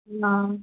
आं